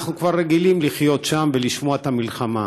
אנחנו כבר רגילים לחיות שם ולשמוע את המלחמה,